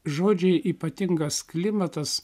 žodžiai ypatingas klimatas